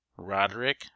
Roderick